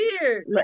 weird